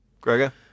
Gregor